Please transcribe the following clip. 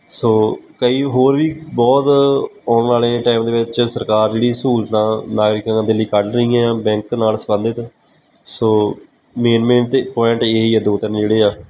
ਸੋ ਕਈ ਹੋਰ ਵੀ ਬਹੁਤ ਆਉਣ ਵਾਲੇ ਟਾਈਮ ਦੇ ਵਿੱਚ ਸਰਕਾਰ ਜਿਹੜੀ ਸਹੂਲਤਾਂ ਨਾਗਰਿਕਾਂ ਦੇ ਲਈ ਕੱਢ ਰਹੀਆਂ ਬੈਂਕ ਨਾਲ ਸੰਬੰਧਿਤ ਸੋ ਮੇਨ ਮੇਨ ਤਾਂ ਪੁਆਇੰਟ ਇਹੀ ਆ ਦੋ ਤਿੰਨ ਜਿਹੜੇ ਆ